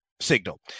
Signal